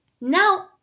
Now